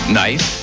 Knife